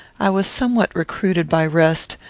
i was somewhat recruited by rest,